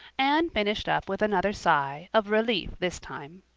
anne finished up with another sigh, of relief this time.